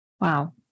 Wow